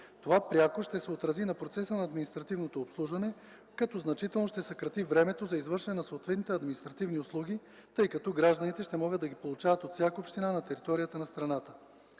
Това пряко ще се отрази на процеса на административно обслужване, като значително ще се съкрати времето за извършване на съответните административни услуги, тъй като гражданите ще могат да ги получават от всяка община на територията на страната.